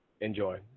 Enjoy